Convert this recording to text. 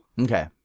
Okay